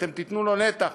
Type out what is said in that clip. אתם תיתנו לו נתח,